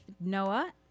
Noah